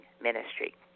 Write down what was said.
ministry